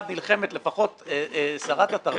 אני מזמין אותך כל פורום ציבורי שאת רוצה: